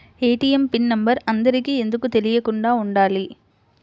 ATM PIN number అందరికి ఎందుకు తెలియకుండా ఉండాలి?